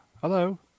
Hello